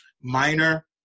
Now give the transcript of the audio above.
minor